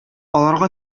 аларга